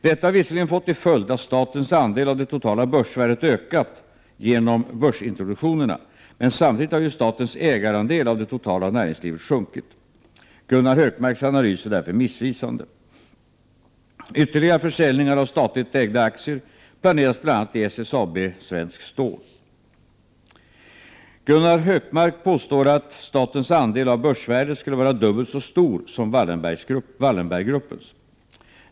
Detta har visserligen fått till följd att statens andel av det totala börsvärdet ökat — genom börsintroduktionerna — men samtidigt har ju statens ägarandel av det totala näringslivet sjunkit. Gunnar Hökmarks analys är därför missvisande. Ytterligare försäljningar av statligt ägda aktier planeras bl.a. i SSAB, Svenskt Stål AB. Gunnar Hökmark påstår att statens andel av börsvärdet skulle vara dubbelt så stor som Wallenberggruppens.